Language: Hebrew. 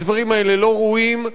הדברים האלה לא ראויים,